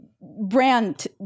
brand